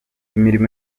imirimo